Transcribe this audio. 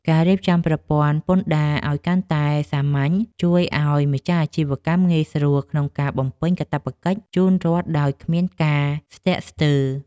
ការរៀបចំប្រព័ន្ធពន្ធដារឱ្យកាន់តែសាមញ្ញជួយឱ្យម្ចាស់អាជីវកម្មងាយស្រួលក្នុងការបំពេញកាតព្វកិច្ចជូនរដ្ឋដោយគ្មានការស្ទាក់ស្ទើរ។